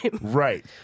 Right